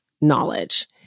knowledge